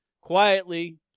quietly